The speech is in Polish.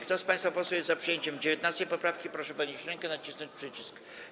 Kto z państwa posłów jest za przyjęciem 19. poprawki, proszę podnieść rękę i nacisnąć przycisk.